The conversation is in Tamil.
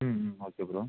ம் ம் ஓகே ப்ரோ